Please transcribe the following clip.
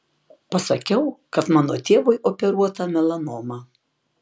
pasakiau kad mano tėvui operuota melanoma